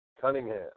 Cunningham